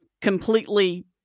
completely